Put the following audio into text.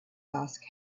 ask